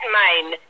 mind